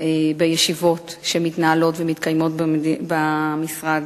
בישיבות שמתנהלות ומתקיימות במשרד: